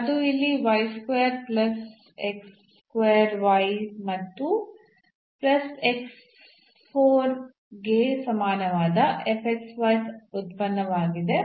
ಅದು ಇಲ್ಲಿ y square plus x square y ಮತ್ತು plus x 4 ಗೆ ಸಮಾನವಾದ ಉತ್ಪನ್ನವಾಗಿದೆ